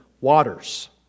waters